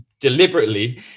deliberately